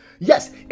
yes